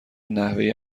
نحوه